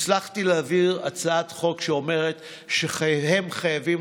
הצלחתי להעביר הצעת חוק שאומרת שהם חייבים